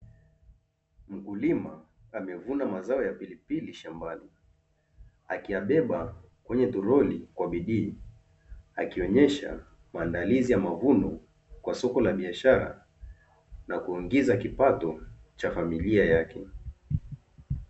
Mkulima amevuna mazao ya pilipili shambani akiyabeba kwenye toroli kwa bidii, akionyesha maandalizi ya mavuno kwa soko la biashara na kuingiza kipato cha familia yake.